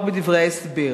רק בדברי ההסבר.